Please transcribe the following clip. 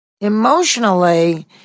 emotionally